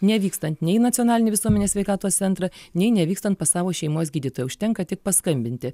nevykstant nei į nacionalinį visuomenės sveikatos centrą nei nevykstant pas savo šeimos gydytoją užtenka tik paskambinti